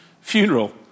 funeral